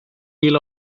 deal